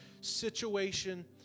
situation